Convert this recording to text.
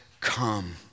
come